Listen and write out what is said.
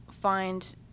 find